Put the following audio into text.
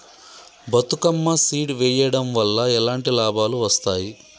Bathukamma seed వెయ్యడం వల్ల ఎలాంటి లాభాలు వస్తాయి?